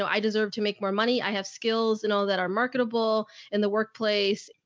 so i deserve to make more money. i have skills and all that are marketable in the workplace.